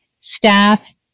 staff